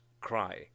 cry